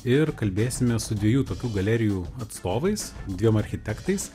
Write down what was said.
ir kalbėsimės su dviejų tokių galerijų atstovais dviem architektais